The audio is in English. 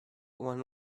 one